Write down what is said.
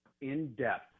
in-depth